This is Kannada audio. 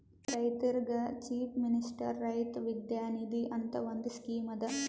ರೈತರಿಗ್ ಚೀಫ್ ಮಿನಿಸ್ಟರ್ ರೈತ ವಿದ್ಯಾ ನಿಧಿ ಅಂತ್ ಒಂದ್ ಸ್ಕೀಮ್ ಅದಾ